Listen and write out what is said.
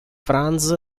franz